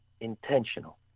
intentional